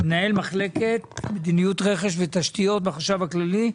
מנהל מחלקת מדיניות רכש ותשתיות בחשב הכללי.